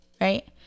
Right